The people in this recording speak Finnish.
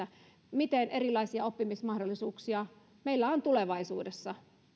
miten erilaisia oppimismahdollisuuksia meillä on tulevaisuudessa